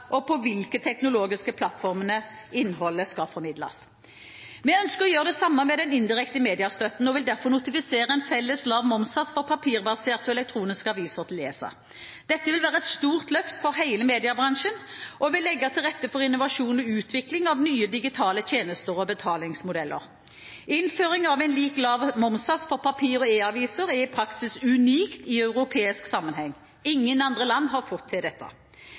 og på hvilke teknologiske plattformer innholdet skal formidles. Vi ønsker å gjøre det samme med den indirekte mediestøtten og vil derfor notifisere en felles, lav momssats for papirbaserte og elektroniske aviser til ESA. Dette vil være et stort løft for hele mediebransjen og vil legge til rette for innovasjon og utvikling av nye digitale tjenester og betalingsmodeller. Innføring av en lik, lav momssats for papir- og e-aviser er i praksis unikt i europeisk sammenheng. Ingen andre land har fått til dette.